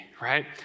right